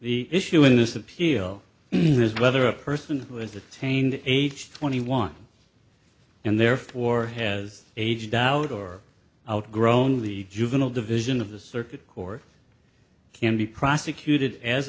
the issue in this appeal is whether a person who has the taint age twenty one and therefore has aged out or outgrown the juvenile division of the circuit court can be prosecuted as